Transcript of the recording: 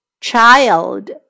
Child